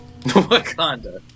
Wakanda